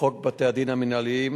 חוק בתי-הדין המינהליים,